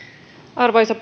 arvoisa